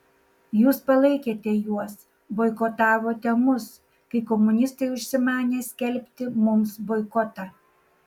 jūs palaikėte juos boikotavote mus kai komunistai užsimanė skelbti mums boikotą